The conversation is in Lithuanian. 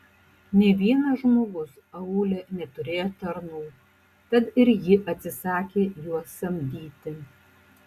nė vienas žmogus aūle neturėjo tarnų tad ir ji atsisakė juos samdyti